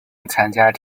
参加